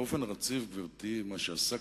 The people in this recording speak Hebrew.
באופן רציף, גברתי, מה שעבר